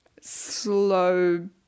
slow